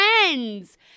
friends